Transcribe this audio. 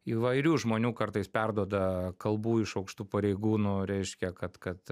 įvairių žmonių kartais perduoda kalbų iš aukštų pareigūnų reiškia kad kad